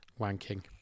wanking